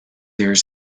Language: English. that